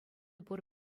пур